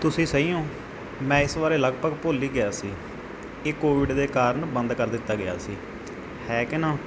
ਤੁਸੀਂ ਸਹੀ ਓ ਮੈਂ ਇਸ ਬਾਰੇ ਲਗਭਗ ਭੁੱਲ ਹੀ ਗਿਆ ਸੀ ਇਹ ਕੋਵਿਡ ਦੇ ਕਾਰਨ ਬੰਦ ਕਰ ਦਿੱਤਾ ਗਿਆ ਸੀ ਹੈ ਕਿ ਨਾ